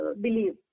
believe